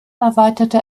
erweiterte